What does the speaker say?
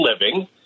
living